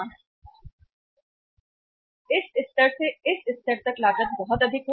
स्तर और इस स्तर से इस स्तर तक लागत बहुत अधिक है